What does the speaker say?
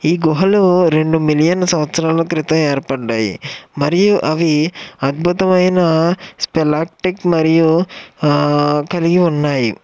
ఈ గుహలో రెండు మిలియన్ సంవత్సరాల క్రితం ఏర్పడ్డాయి మరియు అవి అద్భుతమైన స్టెలార్టిక్ మరియు కలిగి ఉన్నాయి